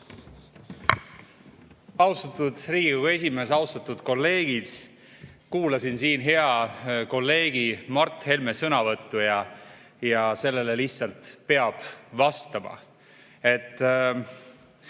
Austatud Riigikogu esimees! Austatud kolleegid! Kuulasin siin hea kolleegi Mart Helme sõnavõttu. Sellele lihtsalt peab vastama.